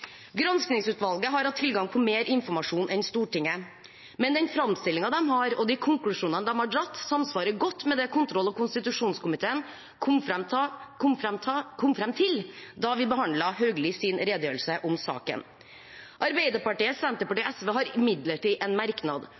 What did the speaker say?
har hatt tilgang på mer informasjon enn Stortinget, men den framstillingen de har, og de konklusjonene de har dratt, samsvarer godt med det kontroll- og konstitusjonskomiteen kom fram til da vi behandlet Hauglies redegjørelse om saken. Arbeiderpartiet, Senterpartiet og SV har imidlertid en merknad